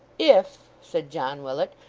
if, said john willet,